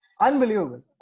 Unbelievable